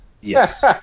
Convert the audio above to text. Yes